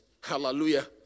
Hallelujah